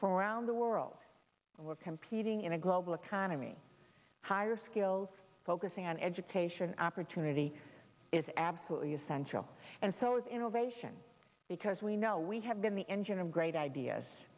from around the world and we're competing in a global economy higher skills focusing on education opportunity is absolutely essential and so is innovation because we know we have been the engine of great ideas